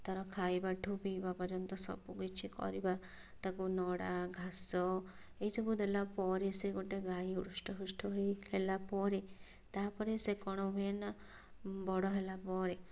ତାର ଖାଇବା ଠାରୁ ପିଇବା ପର୍ଯ୍ୟନ୍ତ ସବୁ କିଛି କରିବା ତାକୁ ନଡ଼ା ଘାସ ଏହିସବୁ ଦେଲା ପରେ ସେ ଗୋଟେ ଗାଈ ହୃଷ୍ଟପୁଷ୍ଟ ହୋଇ ହେଲା ପରେ ତାପରେ ସେ କ'ଣ ହୁଏ ନା ବଡ଼ ହେଲା ପରେ